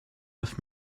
neuf